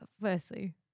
firstly